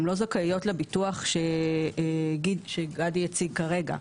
הן לא זכאיות לביטוח שגדי הציג כרגע.